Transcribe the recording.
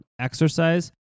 exercise